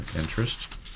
interest